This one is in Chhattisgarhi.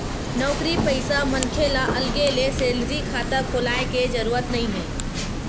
नउकरी पइसा मनखे ल अलगे ले सेलरी खाता खोलाय के जरूरत नइ हे